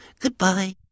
Goodbye